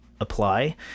apply